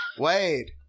Wade